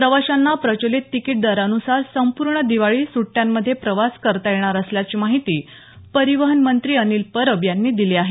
प्रवाशांना प्रचलित तिकीट दरानुसार संपूर्ण दिवाळी सुझ्यांमध्ये प्रवास करता येणार असल्याची माहिती परिवहन मंत्री अनिल परब यांनी दिली आहे